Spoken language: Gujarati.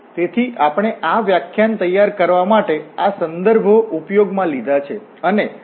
તેથી આપણે આ વ્યાખ્યાન તૈયાર કરવા માટે આ સંદર્ભો ઉપયોગમાં લીધા છે